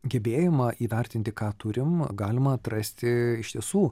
gebėjimą įvertinti ką turim galima atrasti iš tiesų